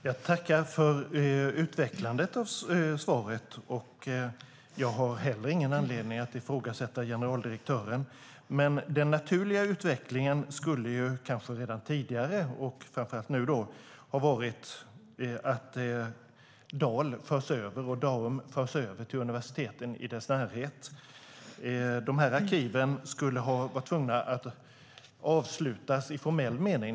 Herr talman! Jag tackar för statsrådets utveckling av svaret! Jag har heller ingen anledning att ifrågasätta generaldirektören. Den naturliga utvecklingen skulle redan tidigare, och framför allt nu, ha varit att Dal och Daum förs över till universiteten i deras närhet. Dessa arkiv skulle behöva avslutas i formell mening.